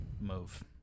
Move